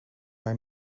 are